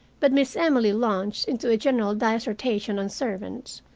but miss emily launched into a general dissertation on servants,